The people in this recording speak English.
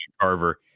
Carver